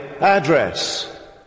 address